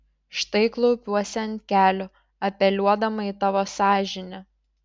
štai klaupiuosi ant kelių apeliuodama į tavo sąžinę